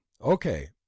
Okay